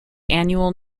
annual